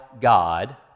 God